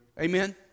Amen